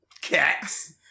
cats